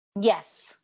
Yes